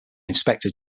inspector